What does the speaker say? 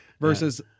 versus